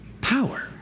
Power